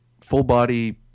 full-body